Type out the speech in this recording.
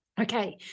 Okay